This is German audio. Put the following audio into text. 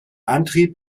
antrieb